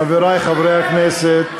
חברי חברי הכנסת,